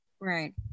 Right